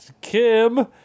Kim